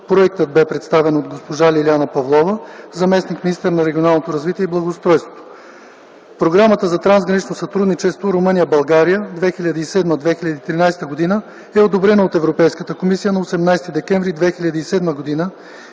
законопроектът беше представен от госпожа Лиляна Павлова – заместник-министър на регионалното развитие и благоустройството. Програмата за трансгранично сътрудничество Румъния – България (2007-2013 г.), е одобрена от Европейската комисия на 18 декември 2007 г. и